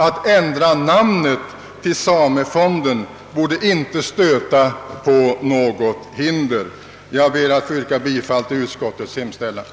Att ändra namnet till samefonden borde inte stöta på något hinder. Jag ber att få yrka bifall till utskottets hemställan.